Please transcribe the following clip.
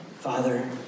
Father